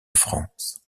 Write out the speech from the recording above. france